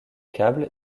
câble